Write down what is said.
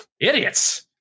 idiots